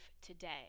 today